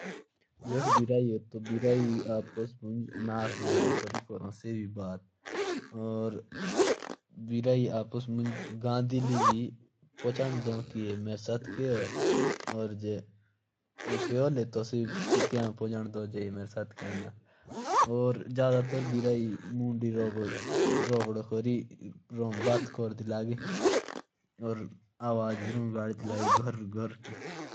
जब बिल्ली आपस में बात करती ह तो वो भी नाक से नाक मिलाकर बात करती ह। और अलग अलग की आवाजे निकालते ह।